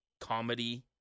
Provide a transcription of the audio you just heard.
comedy